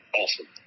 awesome